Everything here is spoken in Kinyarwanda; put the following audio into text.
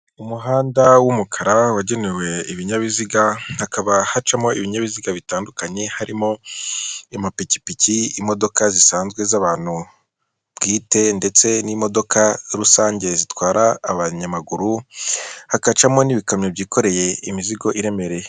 Umuhanda w'umukara wagenewe ibinyabiziga, hakaba hacamo ibinyabiziga bitandukanye harimo amapikipiki, imodoka zisanzwe z'abantu bwite ndetse n'imodoka rusange zitwara abanyamaguru, hagacamo n'ibikamyo byikoreye imizigo iremereye.